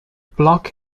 block